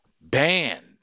banned